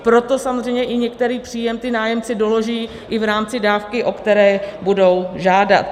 Proto samozřejmě i některý příjem ti nájemci doloží i v rámci dávky, o které budou žádat.